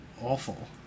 awful